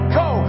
go